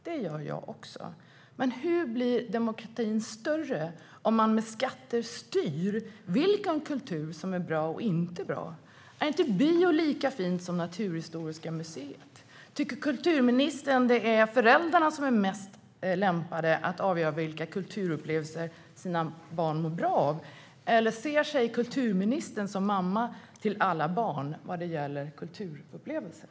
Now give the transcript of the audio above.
Det gör jag också. Men hur blir demokratin större om man med skatter styr vilken kultur som är bra eller inte bra? Är inte bio lika fint som Naturhistoriska riksmuseet? Tycker kulturministern att det är föräldrarna som är mest lämpade att avgöra vilka kulturupplevelser deras barn mår bra av, eller ser sig kulturministern som mamma till alla barn vad gäller kulturupplevelser?